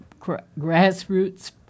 grassroots